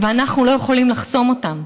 ואנחנו לא יכולים לחסום אותן,